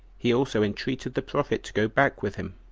he also entreated the prophet to go back with him,